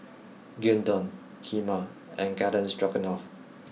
Gyudon Kheema and Garden Stroganoff